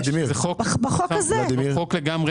זהו חוק אחר לגמרי.